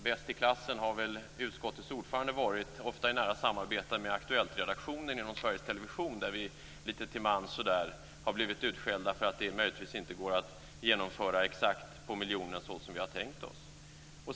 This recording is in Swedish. Bäst i klassen har väl utskottets ordförande varit, ofta i nära samarbete med Aktuelltredaktionen inom Sveriges Television. Där har vi lite till mans blivit utskällda för att det inte går att genomföra förslag exakt på miljonen såsom vi har tänkt oss.